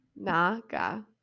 naga